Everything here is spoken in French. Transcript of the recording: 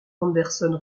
anderson